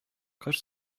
кыш